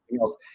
else